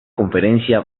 conferencia